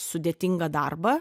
sudėtingą darbą